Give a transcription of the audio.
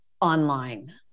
online